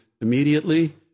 immediately